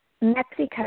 Mexico